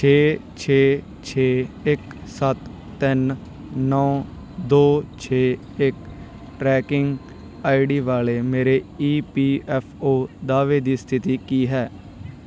ਛੇ ਛੇ ਛੇ ਇੱਕ ਸੱਤ ਤਿੰਨ ਨੌ ਦੋ ਛੇ ਇੱਕ ਟਰੈਕਿੰਗ ਆਈ ਡੀ ਵਾਲੇ ਮੇਰੇ ਈ ਪੀ ਐੱਫ ਓ ਦਾਅਵੇ ਦੀ ਸਥਿਤੀ ਕੀ ਹੈ